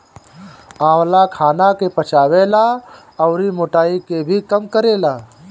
आंवला खाना के पचावे ला अउरी मोटाइ के भी कम करेला